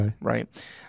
Right